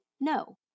no